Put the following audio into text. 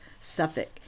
Suffolk